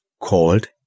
called